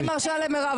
אני מרשה למירב.